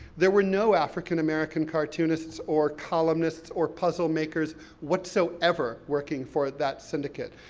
there were no african american cartoonists, or columnists, or puzzle makers whatsoever working for that syndicate.